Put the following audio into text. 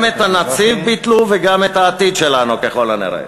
גם את הנציב ביטלו וגם את העתיד שלנו, ככל הנראה.